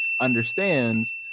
understands